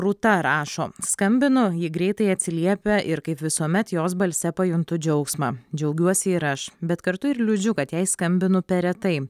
rūta rašo skambinu ji greitai atsiliepia ir kaip visuomet jos balse pajuntu džiaugsmą džiaugiuosi ir aš bet kartu ir liūdžiu kad jai skambinu per retai